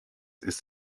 ist